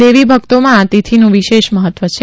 દેવી ભકતોમાં આ તિથિનું વિશેષ મહત્વ છે